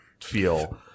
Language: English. feel